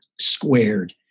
squared